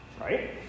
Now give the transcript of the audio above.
Right